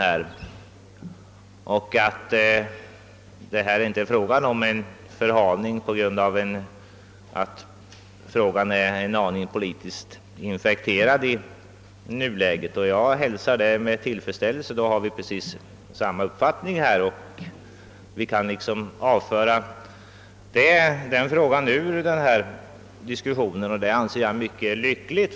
Det rör sig alltså inte om en förhalning på grund av att frågan är en aning politiskt infekterad i nuläget. Jag hälsar detta med tillfredsställelse. Vi har alltså precis samma uppfattning härvidlag. Vi kan nu avföra den frågan ur denna diskussion, och det anser jag vara mycket lyckligt.